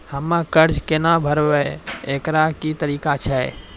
हम्मय कर्जा केना भरबै, एकरऽ की तरीका छै?